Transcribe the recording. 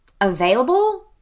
Available